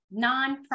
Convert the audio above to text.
nonprofit